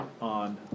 on